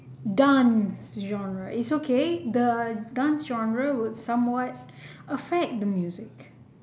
dance genre it's okay the dance genre would somewhat affect the music